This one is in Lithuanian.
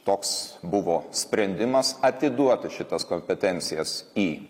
toks buvo sprendimas atiduoti šitas kompetencijas į